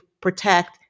protect